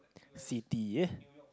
city